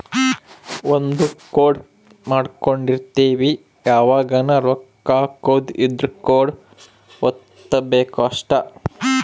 ಒಂದ ಕೋಡ್ ಮಾಡ್ಕೊಂಡಿರ್ತಿವಿ ಯಾವಗನ ರೊಕ್ಕ ಹಕೊದ್ ಇದ್ರ ಕೋಡ್ ವತ್ತಬೆಕ್ ಅಷ್ಟ